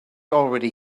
already